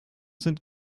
sind